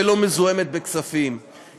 ולא מזוהמת בכספים,